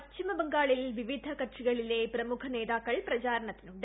പശ്ചിമ ബംഗാളിൽ വിവിധ കക്ഷികളിലെ പ്രമുഖ നേതാക്കൾ പ്രചാരണത്തിനുണ്ട്